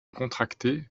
contractée